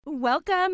welcome